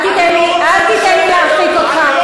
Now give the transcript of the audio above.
זה הטעיה של הבית הזה.